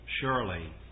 Surely